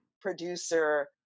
producer